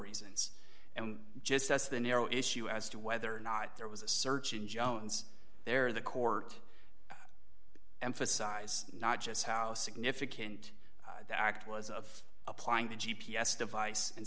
reasons and just as the narrow issue as to whether or not there was a search in jones there the court emphasize not just how significant the act was of applying the g p s device and